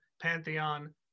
Pantheon